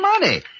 money